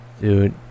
Dude